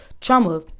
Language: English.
trauma